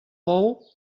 bou